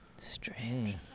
Strange